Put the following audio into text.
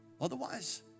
Otherwise